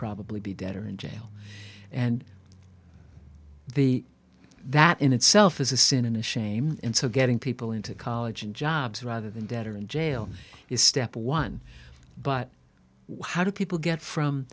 probably be dead or in jail and the that in itself is a sin in a shame and so getting people into college and jobs rather than dead or in jail is step one but how do people get from